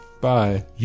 bye